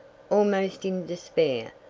almost in despair,